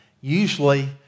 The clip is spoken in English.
usually